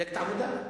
מפלגת העבודה.